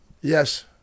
Yes